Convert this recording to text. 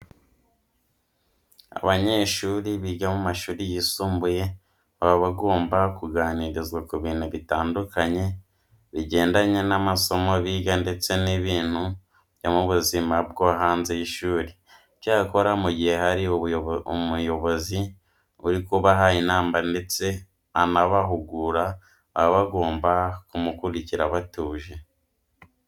Abanyeshuri biga mu mashuri yisumbuye baba bagomba kuganirizwa ku bintu bitandukanye bigendanye n'amasomo biga ndetse n'ibindi byo mu buzima bwo hanze y'ishuri. Icyakora mu gihe hari umuyobozi uri kubaha inama ndetse anabahugura, baba bagomba kumukurikira batuje.